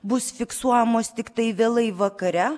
bus fiksuojamos tiktai vėlai vakare